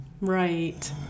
Right